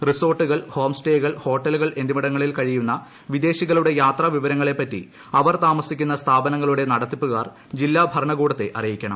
റിസോർട്ടുകൾ ഹോം സ്റ്റേകൾ ഹോട്ടലുകൾ എന്നിവിടങ്ങളിൽ കഴിയുന്ന വിദേശികളുടെ യാത്രാവിവരങ്ങളെപ്പറ്റി ആവ്വർതാമസിക്കുന്ന സ്ഥാപനങ്ങളുടെ നടത്തിപ്പുകാർ ജില്ലുമുട്രങ്ങകൂടത്തെ അറിയിക്കണം